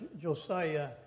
Josiah